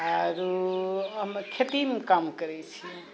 आरु हम खेतीमे काम करै छियै